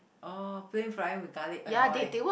oh pan frying with garlic add oil